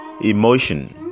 emotion